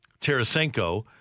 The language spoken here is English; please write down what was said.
Tarasenko